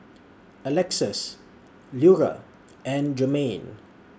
Alexus Lura and Jermaine